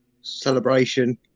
celebration